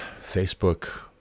Facebook